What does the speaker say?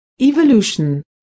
evolution